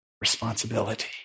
responsibility